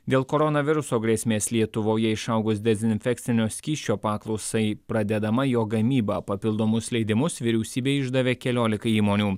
dėl koronaviruso grėsmės lietuvoje išaugus dezinfekcinio skysčio paklausai pradedama jo gamyba papildomus leidimus vyriausybė išdavė keliolika įmonių